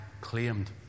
claimed